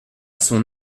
son